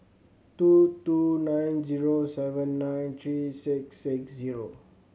two two nine zero seven nine three six six zero